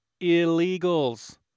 illegals